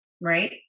right